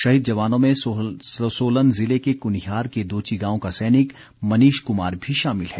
शहीद जवानों में सोलन जिले के कुनिहार के दोची गांव का सैनिक मनीष कुमार भी शामिल है